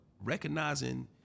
recognizing